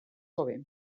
hobe